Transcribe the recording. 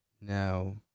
Now